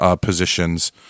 positions